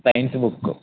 science book